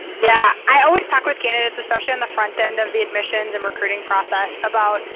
yeah i always talk with candidates, especially on the front end of the admissions and recruiting process about,